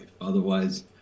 Otherwise